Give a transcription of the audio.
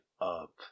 up